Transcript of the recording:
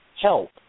help